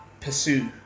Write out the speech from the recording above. pursue